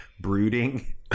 brooding